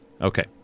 Okay